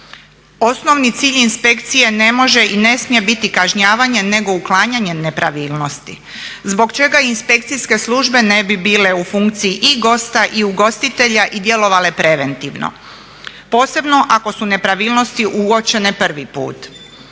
Osnovni cilj inspekcije ne može i ne smije biti kažnjavanje nego uklanjanje nepravilnosti zbog čega inspekcijske službe ne bi bile u funkciji i gosta i ugostitelja i djelovale preventivno posebno ako su nepravilnosti uočene prvi put.